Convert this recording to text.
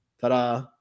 ta-da